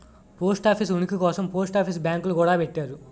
post office ఉనికి కోసం post office బ్యాంకులు గూడా పెట్టారు